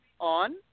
on